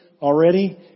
already